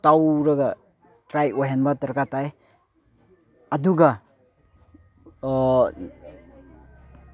ꯇꯧꯔꯒ ꯗ꯭ꯔꯥꯏ ꯑꯣꯏꯍꯟꯕ ꯗꯔꯀꯥꯔ ꯇꯥꯏ ꯑꯗꯨꯒ